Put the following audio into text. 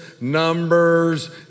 Numbers